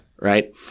Right